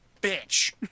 bitch